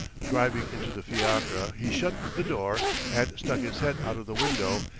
diving into the fiacre he shut the door and stuck his head out of the window,